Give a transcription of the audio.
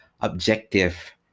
objective